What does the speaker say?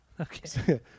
Okay